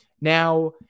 Now